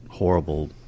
horrible